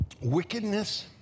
Wickedness